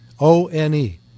O-N-E